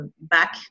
back